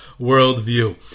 worldview